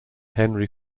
henry